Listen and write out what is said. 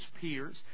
peers